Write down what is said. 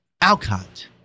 Alcott